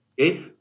Okay